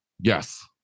Yes